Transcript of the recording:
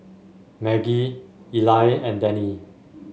Maggie Eli and Dennie